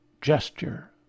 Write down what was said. gesture